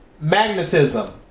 magnetism